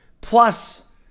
Plus